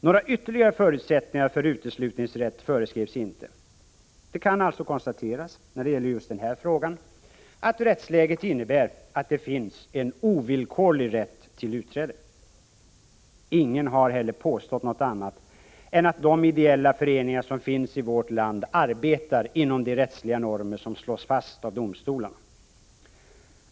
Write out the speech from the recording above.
Några ytterligare förutsättningar för uteslutningsrätt föreskrevs inte. Det kan alltså konstateras att rättsläget, när det gäller just den här frågan, innebär att det finns en ovillkorlig rätt till utträde. Ingen har heller påstått något annat än att de ideella föreningar som finns i vårt land arbetar inom de rättsliga normer som slås fast av domstolarna.